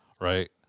right